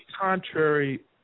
contrary